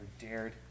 dared